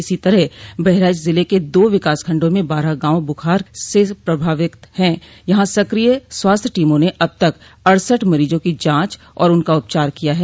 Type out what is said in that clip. इसी तरह बहराइच जिले के दो विकासखंडों में बारह गांव बुखार से सर्वाधिक प्रभावित हैं यहां सक्रिय स्वास्थ्य टीमों ने अब तक अड़सठ मरीजों की जांच और उनका उपचार किया है